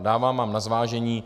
Dávám vám na zvážení.